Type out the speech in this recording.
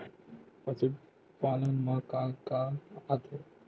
पशुपालन मा का का आथे?